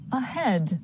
ahead